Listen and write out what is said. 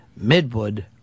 Midwood